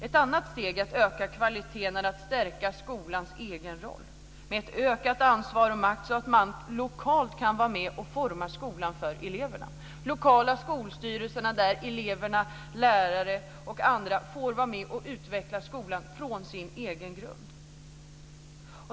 Ett annat steg för att öka kvaliteten är att stärka skolans egen roll med ett ökat ansvar och ökad makt så att man lokalt kan vara med och forma skolan för eleverna. I de lokala skolstyrelserna kan elever, lärare och andra vara med och utveckla skolan utifrån sin egen grund.